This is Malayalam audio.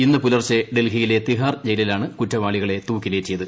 ഇന്ന് പുലർച്ചെ ഡൽഹിയിലെ തിഹാർ ജയിലിലാണ് കുറ്റവാളികളെ തുക്കിലേറിയത്